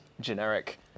generic